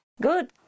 Good